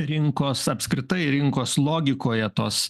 rinkos apskritai rinkos logikoje tos